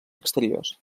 exteriors